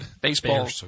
baseball